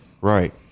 Right